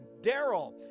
Daryl